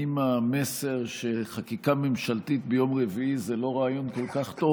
היא אם המסר שחקיקה ממשלתית ביום רביעי זה לא רעיון כל כך טוב,